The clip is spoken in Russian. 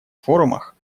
форумах